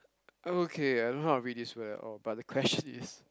okay I don't know how to read this word at all but the question is